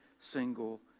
single